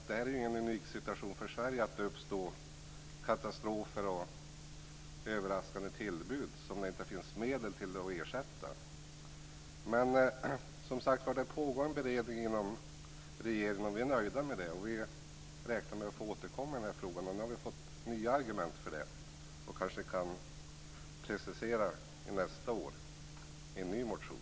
Det är inte unikt för Sverige att det inträffar katastrofer och överraskande tillbud vars åtgärdande man inte har medel för att bekosta. Det pågår som sagt en beredning inom regeringen, och vi är nöjda med det. Vi räknar med att få återkomma i frågan, och vi har nu fått nya argument som vi kanske kan precisera nästa år i en ny motion.